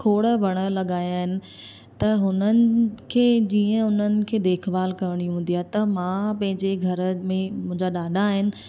खोड़ वण लॻाया आइन त हुननि खे जीअं हुननि खे देखभालु करिणी हूंदी आहे त मां पंहिंजे घर में मुंहिंजा ॾाॾा आहिनि